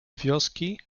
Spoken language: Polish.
wioski